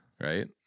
right